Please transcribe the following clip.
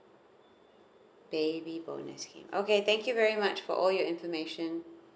baby bonus scheme okay thank you very much for all your information